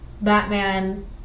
Batman